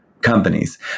companies